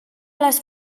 les